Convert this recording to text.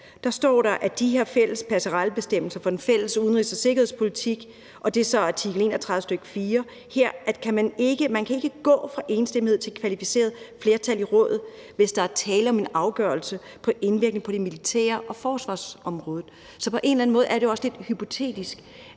her, står der, at man i de her fælles passerellebestemmelser for den fælles udenrigs- og sikkerhedspolitik – det er så artikel 31, stk. 4 – ikke kan gå fra enstemmighed til kvalificeret flertal i Rådet, hvis der er tale om en afgørelse med indvirkning på militær- og forsvarsområdet. Så på en eller anden måde er det også lidt hypotetisk